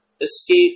escape